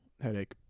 Headache